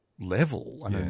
level